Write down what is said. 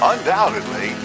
Undoubtedly